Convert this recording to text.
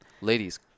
Ladies